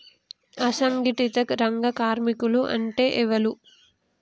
అసంఘటిత రంగ కార్మికులు అంటే ఎవలూ?